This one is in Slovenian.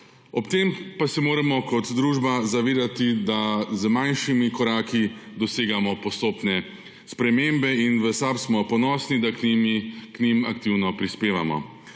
Ob tem pa se moramo kot družba zavedati, da z manjšimi koraki dosegamo postopne spremembe, in v SAB smo ponosni, da k njim aktivno prispevamo.